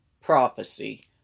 prophecy